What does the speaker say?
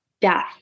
Death